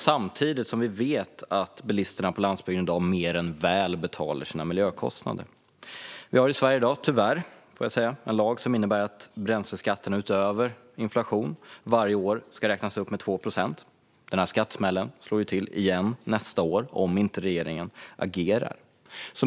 Samtidigt vet vi att bilisterna på landsbygden mer än väl betalar sina miljökostnader. Vi har i Sverige tyvärr, får jag säga, en lag som innebär att bränsleskatterna utöver inflation varje år ska räknas upp med 2 procent. Den skattesmällen slår till igen nästa år om inte regeringen agerar.